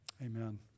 Amen